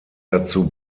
dazu